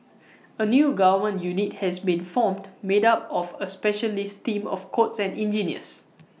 A new government unit has been formed made up of A specialist team of codes and engineers